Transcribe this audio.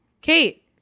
kate